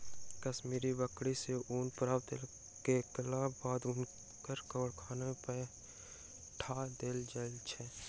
कश्मीरी बकरी सॅ ऊन प्राप्त केलाक बाद ऊनक कारखाना में पठा देल जाइत छै